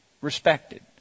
respected